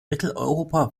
mitteleuropa